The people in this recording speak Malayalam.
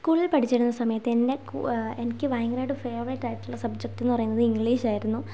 സ്കൂളിൽ പഠിച്ചിരുന്ന സമയത്ത് എൻ്റെ എനിക്ക് ഭയങ്കരായിട്ടും ഫേവറേറ്റ് ആയിട്ടുള്ള സബ്ജെക്ട് എന്നു പറയുന്നത് ഇംഗ്ലീഷ് ആയിരുന്നു